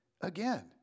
again